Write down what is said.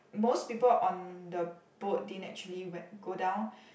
most people on the boat didn't actually wen~ go down